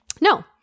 No